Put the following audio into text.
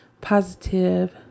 Positive